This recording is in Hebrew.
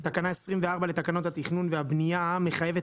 תקנה 24 לתקנות התכנון והבנייה מחייבת